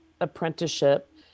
apprenticeship